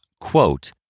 quote